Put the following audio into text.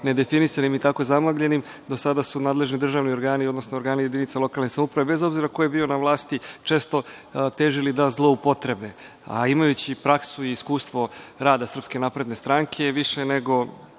nedefinisanim i tako zamagljenim, do sada su nadležni državni organi, odnosno organi jedinica lokalne samouprave, bez obzira ko je bio na vlasti, često težili da zloupotrebe. Imajući praksu i iskustvo rada SNS, više je nego